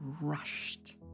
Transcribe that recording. rushed